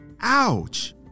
Ouch